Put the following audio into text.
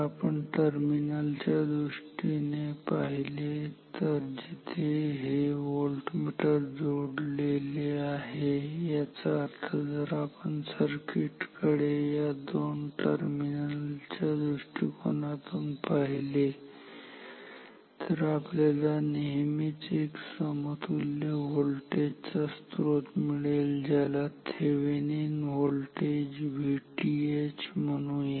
जर आपण टर्मिनल च्या दृष्टीने पाहिले जिथे हे व्होल्टमीटर जोडलेले आहे याचा अर्थ जर आपण या सर्किट कडे या दोन टर्मिनल च्या दृष्टिकोनातून पाहिले तर आपल्याला नेहमीच एक समतुल्य व्होल्टेज चा स्त्रोत मिळेल त्याला Thevenin voltage Thevenin's voltage Vth म्हणू